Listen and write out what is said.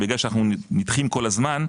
אבל בגלל שאנו נדחים כל הזמן,